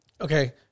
Okay